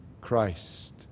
Christ